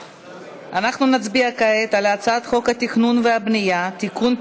אנחנו נצביע כעת על הצעת חוק התכנון והבנייה (תיקון,